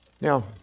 Now